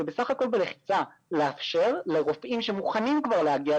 זה בסך הכל בלחיצה לאפשר לרופאים שמוכנים כבר להגיע,